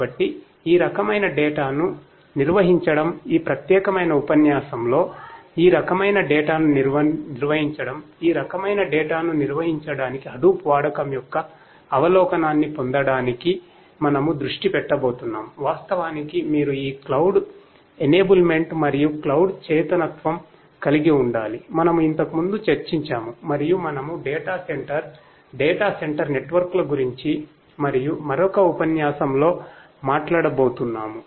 కాబట్టి ఈ రకమైన డేటా సెంటర్ నెట్వర్క్ల గురించి మరియు మరొకఉపన్యాసంలో మాట్లాడబోతున్నాము